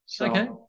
Okay